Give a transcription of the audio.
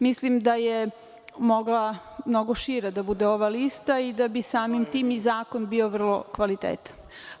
Mislim da je mogla mnogo šira da bude ova lista i da bi samim tim i zakon bio vrlo kvalitetan.